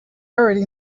already